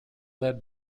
led